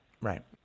Right